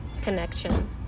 connection